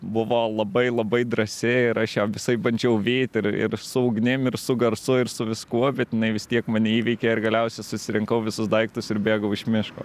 buvo labai labai drąsi ir aš ją visaip bandžiau vyt ir ir su ugnim ir su garsu ir su viskuo bet jinai vis tiek mane įveikė ir galiausiai susirinkau visus daiktus ir bėgau iš miško